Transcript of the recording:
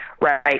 Right